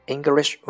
English